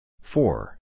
Four